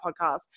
podcast